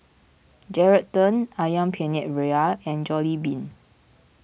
Geraldton Ayam Penyet Ria and Jollibean